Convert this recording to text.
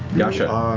yasha.